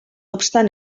obstant